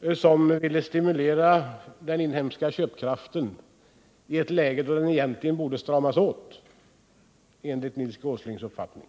eftersom jag ville stimulera den inhemska köpkraften i ett läge där den enligt hans uppfattning egentligen borde stramas åt.